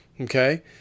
Okay